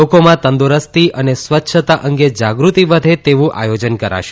લોકોમાં તંદુરસ્તી અને સ્વચ્છતા અંગે જાગૃતિ વધે તેવું આયોજન કરાશે